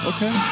Okay